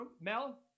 Mel